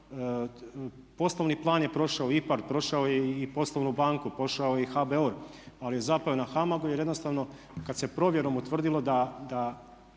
poslovni plan je prošao IPARD, prošao je i poslovnu banku, prošao je i HBOR, ali je zapeo na HAMAG-u jer jednostavno kad se provjerom utvrdilo da